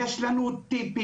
יש לנו טיפים,